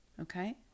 Okay